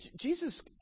Jesus